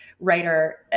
writer